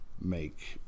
make